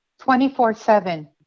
24-7